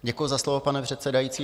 Děkuji za slovo, pane předsedající.